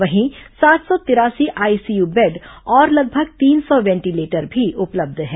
वहीं सात सौ तिरासी आईसीयू बेड और लगभग तीन सौ वेंटिलेटर भी उपलब्ध है